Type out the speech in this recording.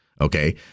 okay